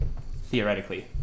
theoretically